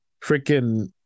freaking